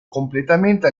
completamente